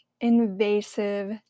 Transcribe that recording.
invasive